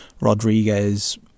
Rodriguez